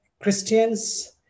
Christians